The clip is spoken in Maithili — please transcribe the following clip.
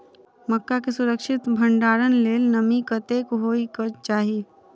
मक्का केँ सुरक्षित भण्डारण लेल नमी कतेक होइ कऽ चाहि?